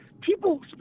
people